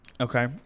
okay